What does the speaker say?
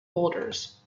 boulders